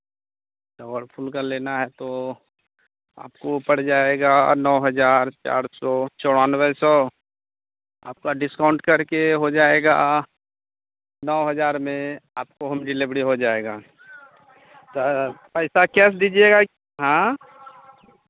Whirlpool का लेना है तो आपको पड़ जाएगा नौ हज़ार चार सौ चौरानवे सौ आपका डिस्काउन्ट करके हो जाएगा नौ हज़ार में आपको होम डिलेवरी हो जाएगा तो पैसा कैश दीजिएगा हाँ